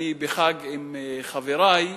בחג עם חברי.